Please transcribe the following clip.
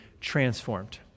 transformed